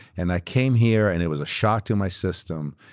and i came here and it was a shock to my system.